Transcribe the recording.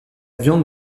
viande